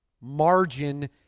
margin